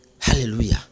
Hallelujah